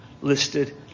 listed